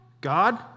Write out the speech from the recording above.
God